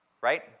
Right